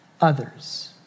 others